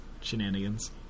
shenanigans